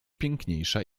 piękniejsza